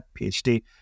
PhD